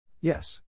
Yes